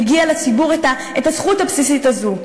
מגיעה לציבור הזכות הבסיסית הזו.